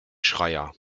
schreier